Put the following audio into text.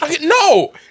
no